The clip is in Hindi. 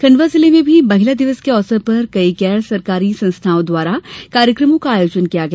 खंडवा जिले में भी महिला दिवस के अवसर पर कई गैर सरकारी संस्थाओं द्वारा कार्यक्रमों का आयोजन किया गया